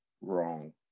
wrong